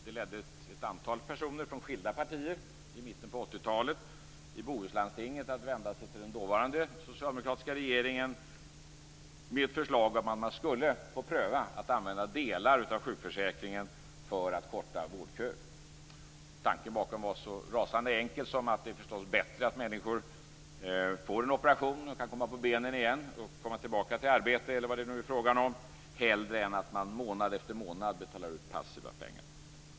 Det ledde till att ett antal personer från skilda partier i bohuslandstinget i mitten på 80-talet vände sig till den dåvarande socialdemokratiska regeringen med ett förslag om att man skulle få pröva att använda delar av sjukförsäkringen för att korta vårdköer. Tanken bakom var så rasande enkel som att det förstås är bättre att människor får en operation och kan komma på benen igen, komma tillbaka till arbete eller vad det är fråga om, hellre än att man månad efter månad betalar ut passiva pengar.